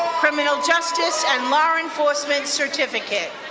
criminal justice and law enforcement certificate.